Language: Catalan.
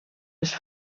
les